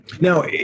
Now